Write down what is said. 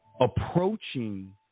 approaching